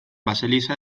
baseliza